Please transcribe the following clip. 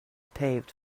paved